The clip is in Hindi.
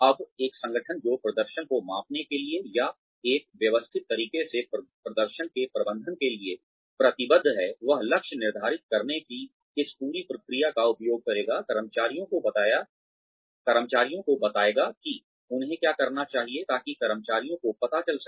अब एक संगठन जो प्रदर्शन को मापने के लिए या एक व्यवस्थित तरीके से प्रदर्शन के प्रबंधन के लिए प्रतिबद्ध है वह लक्ष्य निर्धारित करने की इस पूरी प्रक्रिया का उपयोग करेगा कर्मचारियों को बताएगा कि उन्हें क्या करना चाहिए ताकि कर्मचारियों को पता चल सके